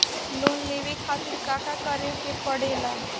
Loan लेवे के खातिर का करे के पड़ेला?